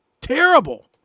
terrible